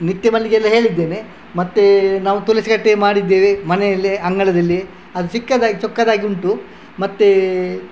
ನಿತ್ಯ ಮಲ್ಲಿಗೆ ಎಲ್ಲಾ ಹೇಳಿದ್ದೇನೆ ಮತ್ತೆ ನಾವು ತುಳಸಿಕಟ್ಟೆ ಮಾಡಿದ್ದೇವೆ ಮನೇಲೆ ಅಂಗಳದಲ್ಲೇ ಅದು ಚಿಕ್ಕದಾಗಿ ಚೊಕ್ಕದಾಗಿ ಉಂಟು ಮತ್ತೇ